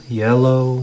yellow